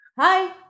Hi